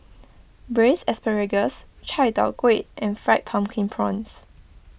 Braised Asparagus Chai Tow Kuay and Fried Pumpkin Prawns